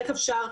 איך אפשר.